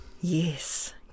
yes